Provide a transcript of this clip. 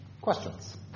Questions